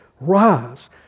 rise